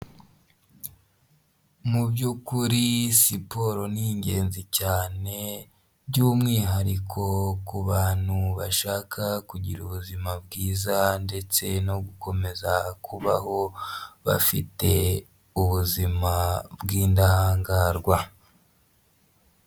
Mubyukuri siporo ni ingenzi cyane, by'umwihariko ku bantu bashaka kugira ubuzima bwiza ndetse no gukomeza kubaho bafite ubuzima bw'indahangarwa.